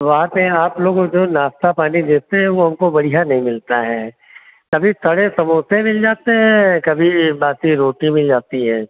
तो वहाँ पर आप लोग वो जो नाश्ता पानी देते हैं वो हमको बढ़िया नहीं मिलता है कभी सड़े समोसे मिल जाते हैं कभी बासी रोटी मिल जाती है